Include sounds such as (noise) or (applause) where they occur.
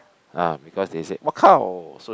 ah because they said (noise) so